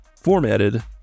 formatted